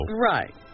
right